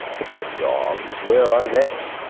but their dogs, where are they?